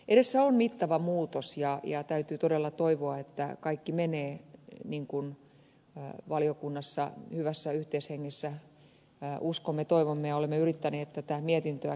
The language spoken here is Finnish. edessä on mittava muutos ja täytyy todella toivoa että kaikki menee niin kuin valiokunnassa hyvässä yhteishengessä uskomme ja toivomme ja olemme yrittäneet tähän mietintöön kirjata